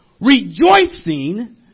rejoicing